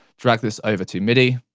drag this over to midi.